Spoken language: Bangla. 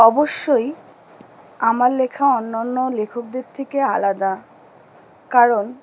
অবশ্যই আমার লেখা অন্য অন্য লেখকদের থেকে আলাদা কারণ